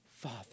Father